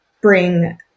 bring